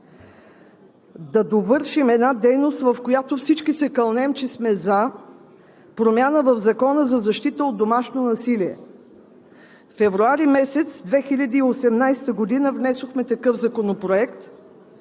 да довършим една дейност, в която всички се кълнем, че сме „за“ – промяна в Закона за защита от домашното насилие. Февруари месец 2018 г. внесохме такъв законопроект.